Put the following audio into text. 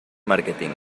marketing